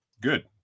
Good